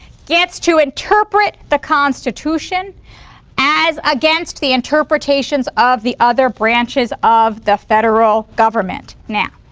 gets to interpret the constitution as against the interpretations of the other branches of the federal government. now,